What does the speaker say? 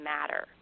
matter